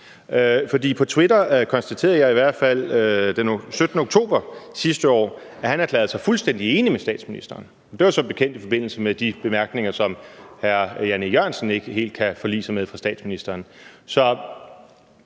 For jeg konstaterede i hvert fald den 17. oktober sidste år, at han på Twitter erklærede sig fuldstændig enig med statsministeren. Og det var som bekendt i forbindelse med de bemærkninger fra statsministeren, som hr. Jan E. Jørgensen ikke helt kan forlige sig med. Så spørgsmålet er,